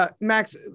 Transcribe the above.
max